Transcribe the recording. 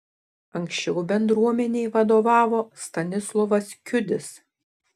anksčiau bendruomenei vadovavo stanislovas kiudis